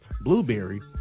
Blueberry